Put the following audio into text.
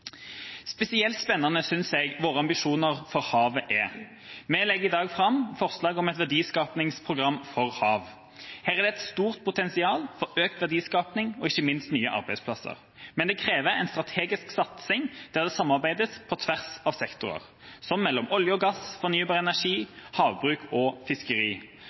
Spesielt spennende synes jeg våre ambisjoner for havet er. Vi legger i dag fram forslag om et verdiskapingsprogram for hav. Her er det et stort potensial for økt verdiskaping og ikke minst nye arbeidsplasser. Men det krever en strategisk satsing, der det samarbeides på tvers av sektorer, som mellom olje og gass, fornybar energi, havbruk og fiskeri,